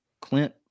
Clint